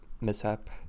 mishap